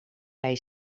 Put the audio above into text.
hij